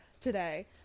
today